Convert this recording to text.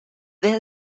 there